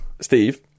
Steve